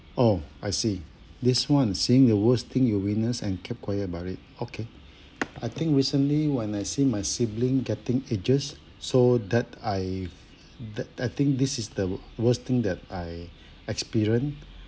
oh I see this one saying the worst thing you witnessed and kept quiet about it okay I think recently when I see my siblings getting ages so that I that I think this is the worst thing that I experience